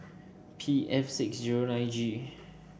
P F six zero nine G